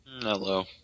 Hello